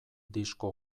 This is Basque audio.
disko